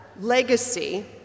legacy